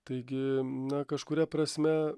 taigi na kažkuria prasme